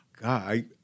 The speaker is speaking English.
God